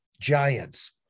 Giants